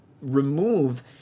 remove